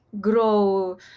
grow